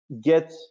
get